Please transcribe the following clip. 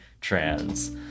trans